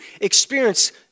experience